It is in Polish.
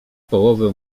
połowę